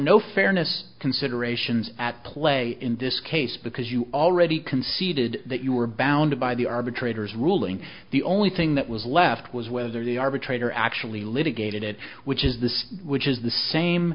no fairness considerations at play in this case because you already conceded that you were bound by the arbitrators ruling the only thing that was left was whether the arbitrator actually litigated it which is this which is the same